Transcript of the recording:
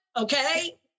Okay